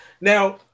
Now